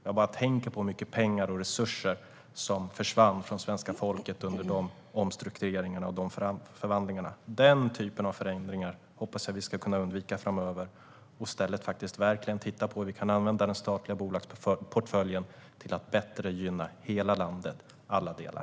Jag tänker på hur mycket pengar och resurser som försvann från svenska folket under de omstruktureringarna och förvandlingarna. Den typen av förändringar hoppas jag att vi ska kunna undvika framöver. I stället ska vi titta på hur vi kan använda den statliga bolagsportföljen till att bättre gynna hela landet i alla delar.